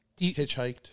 hitchhiked